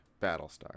Battlestar